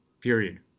period